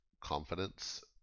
confidence